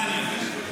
נתניה.